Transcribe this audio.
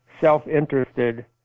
self-interested